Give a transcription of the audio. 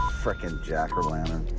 frickin' jack-o-lantern.